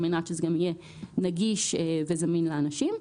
על מנת שזה יהיה נגיש וזמין לאנשים.